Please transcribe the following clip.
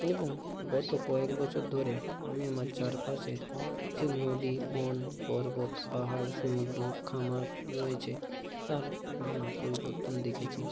এবং গত কয়েক বছর ধরে আমি আমার চারপাশের যে নদী বন পর্বত পাহাড় সমুদ্র খামার রয়েছে তার নানা পরিবর্তন দেখেছি